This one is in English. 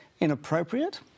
inappropriate